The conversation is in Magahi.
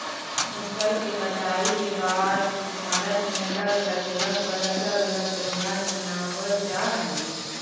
फसल के कटाई के बाद भारत में अलग अलग जगह पर अलग अलग त्योहार मानबल जा हई